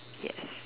yes